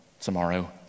tomorrow